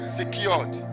secured